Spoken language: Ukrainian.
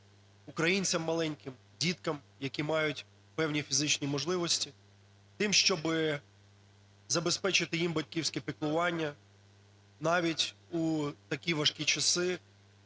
українцям маленьким, діткам, які мають певні фізичні можливості тим, щоби забезпечити їм батьківське піклування навіть у такі важкі часи,